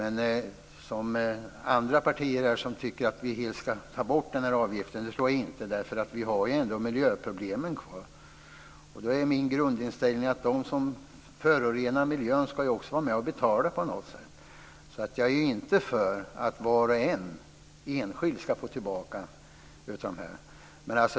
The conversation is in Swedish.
Det finns partier här som tycker att vi helt ska ta bort den här avgiften men det tror jag inte att vi ska göra. Vi har ju ändå miljöproblemen kvar. Min grundinställning är att de som förorenar miljön också på något sätt ska vara med och betala. Jag är alltså inte för att var och en enskilt ska få tillbaka.